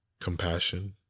Compassion